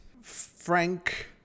Frank